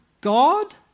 God